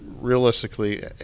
realistically